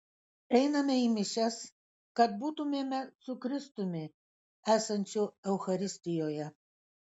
einame į mišias kad būtumėme su kristumi esančiu eucharistijoje